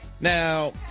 Now